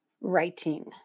writing